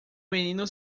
menino